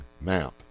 map